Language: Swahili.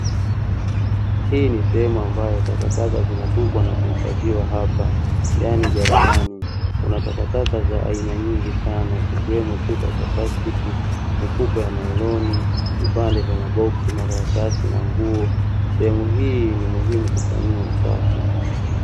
Hii ni sehemu ambayo takataka zinatupwa na kuhifadhiwa hapa yaani jalalani, kuna takataka za aina nyingi sana zikiwemo chupa za plastiki, mifuko ya nailoni, kipande cha maboksi, makaratasi na nguo. Sehemu hii ni muhimu kufanyiwa usafi.